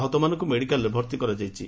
ଆହତମାନଙ୍କୁ ମେଡିକାଲ୍ରେ ଭର୍ତ୍ତି କରାଯାଇଛି